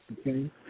Okay